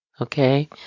Okay